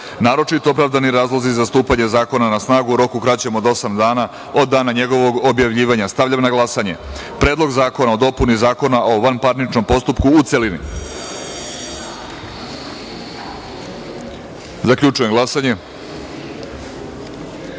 naročito opravdani razlozi za stupanje zakona na snagu u roku kraćem od osam od dana njegovog objavljivanja. Stavljam na glasanje Predlog zakona o dopuni Zakona o vanparničnom postupku, u celini. Zaključujem glasanje: